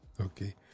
okay